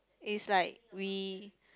is like we